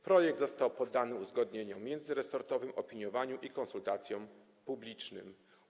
Projekt został poddany uzgodnieniom międzyresortowym, opiniowaniu i konsultacjom publicznym.